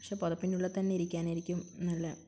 പക്ഷേ പുതപ്പിനുള്ളില്ത്തന്നെ ഇരിക്കാനായിരിക്കും നല്ല